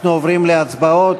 אנחנו עוברים להצבעות.